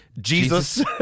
Jesus